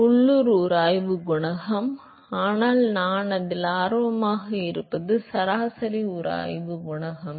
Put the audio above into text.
எனவே அது உள்ளூர் உராய்வு குணகம் ஆனால் நான் அதிக ஆர்வமாக இருப்பது சராசரி உராய்வு குணகம்